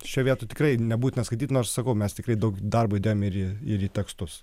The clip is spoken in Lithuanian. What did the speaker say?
šioj vietoj tikrai nebūtina skaityt nors sakau mes tikrai daug darbo įdėjom ir ir į tekstus